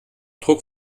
druck